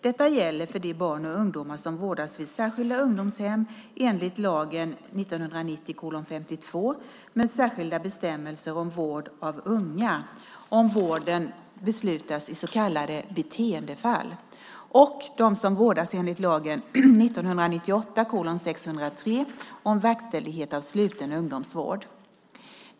Detta gäller för de barn och ungdomar som vårdas vid särskilda ungdomshem enligt lagen med särskilda bestämmelser om vård av unga om vården beslutats i så kallade beteendefall och de som vårdas enligt lagen om verkställighet av sluten ungdomsvård.